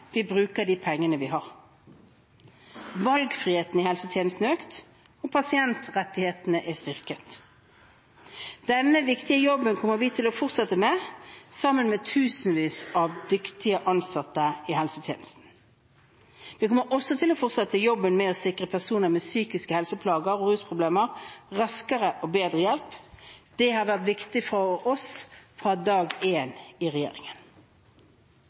vi bruker de pengene vi har. Valgfriheten i helsetjenesten har økt, og pasientrettighetene er styrket. Denne viktige jobben kommer vi til å fortsette med sammen med tusenvis av dyktige ansatte i helsetjenesten. Vi kommer også til å fortsette jobben med å sikre personer med psykiske helseplager og rusproblemer raskere og bedre hjelp. Det har vært viktig for oss fra dag én i regjering. Regjeringen fører en